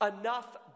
enough